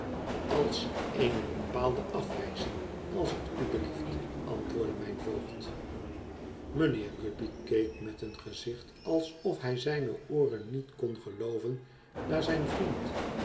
als eene bepaalde afwijzing als het u belieft antwoordde mijn voogd mijnheer guppy keek met een gezicht alsof hij zijne ooren niet kon gelooven naar zijn vriend